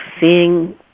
seeing